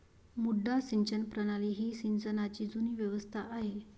मुड्डा सिंचन प्रणाली ही सिंचनाची जुनी व्यवस्था आहे